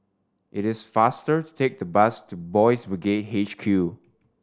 it is faster to take a bus to Boys' Brigade H Q